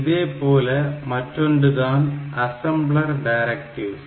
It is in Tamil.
இதேபோல மற்றொன்று தான் அசம்ளர் டைரக்ட்டிவ்ஸ்